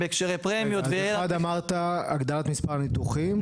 אמרת הגדלת מספרי ניתוחים,